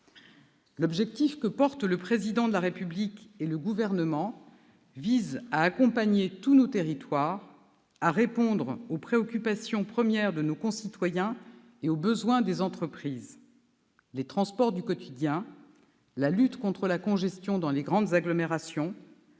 L'objectif du Président de la République et du Gouvernement est d'accompagner tous nos territoires, de répondre aux préoccupations premières de nos concitoyens et aux besoins des entreprises : les transports du quotidien, la lutte contre la congestion des grandes agglomérations,